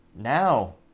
now